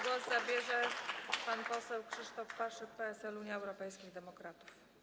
Głos zabierze pan poseł Krzysztof Paszyk, PSL - Unia Europejskich Demokratów.